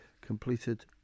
completed